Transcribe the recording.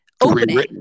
opening